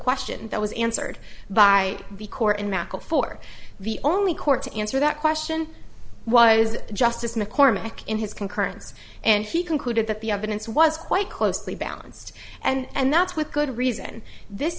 question that was answered by the court in machall for the only court to answer that question was justice mccormack in his concurrence and he concluded that the evidence was quite closely balanced and that's with good reason this